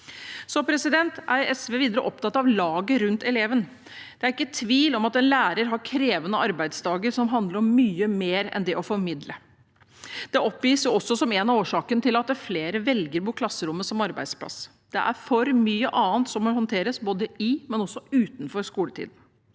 som barna får. SV er videre opptatt av laget rundt eleven. Det er ikke tvil om at en lærer har krevende arbeidsdager som handler om mye mer enn det å formidle. Det oppgis også som en av årsakene til at flere velger bort klasserommet som arbeidsplass. Det er for mye annet som må håndteres, både i og utenfor skoletiden.